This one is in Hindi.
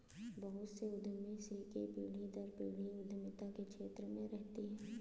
बहुत से उद्यमी की पीढ़ी दर पीढ़ी उद्यमिता के क्षेत्र में रहती है